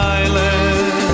island